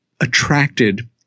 attracted